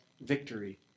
victory